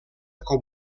com